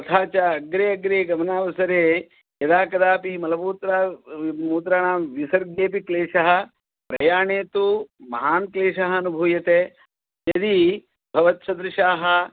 तथा च अग्रे अग्रे गमनावसरे यदा कदापि मलमूत्र मूत्राणां विसर्गे अपि क्लेशः प्रयाणे तु महान् क्लेशः अनुभूयते यदि भवत्सदृशाः